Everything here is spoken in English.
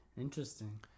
Interesting